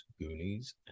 Goonies